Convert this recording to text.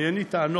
אין לי טענות,